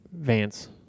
Vance